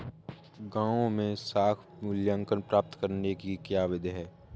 गाँवों में साख मूल्यांकन प्राप्त करने की क्या विधि है?